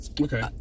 Okay